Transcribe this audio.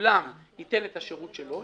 האולם ייתן את השירות שלו.